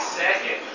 second